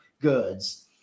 goods